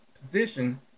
position